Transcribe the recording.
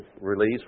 release